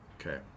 okay